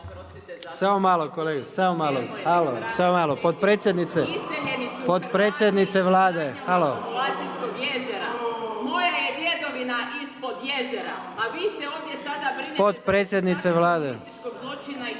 vas predsjedniče Vlade,